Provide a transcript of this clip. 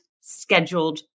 scheduled